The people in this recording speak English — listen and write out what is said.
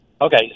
Okay